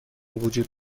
وجود